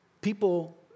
People